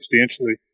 substantially